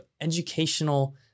educational